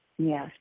Yes